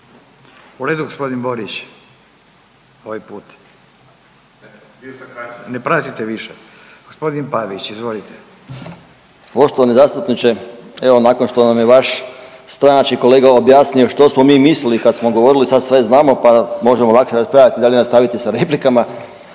više. Gospodin Pavić izvolite. **Pavić, Željko (Socijaldemokrati)** Poštovani zastupniče. Evo nakon što nam je vaš stranački kolega objasnio što smo mi mislili kad smo govorili sad sve znamo pa možemo lakše raspraviti i dalje nastaviti sa replikama,